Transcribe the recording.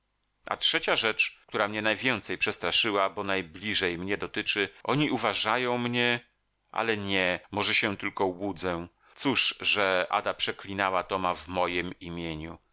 a trzecia rzecz która mnie najwięcej przestraszyła bo najbliżej mnie dotyczy oni uważają mnie ale nie może się tylko łudzę cóż że ada przeklinała toma w mojem imieniu